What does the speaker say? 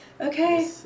Okay